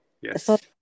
yes